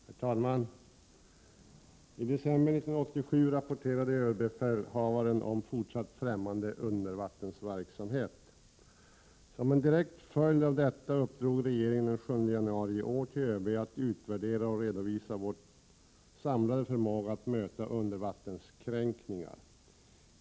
Herr talman! I december 1987 rapporterade överbefälhavaren om fortsatt 8 juni 1988 främmande undervattensverksamhet. Som en direkt följd av detta uppdrog i é Förstärkning av skydregeringen den 7 januari i år åt ÖB att utvärdera och redovisa vår samlade det mot främmande un | förmåga att möta undervattenskränkningar.